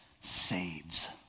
saves